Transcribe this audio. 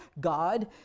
God